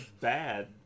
bad